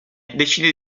decide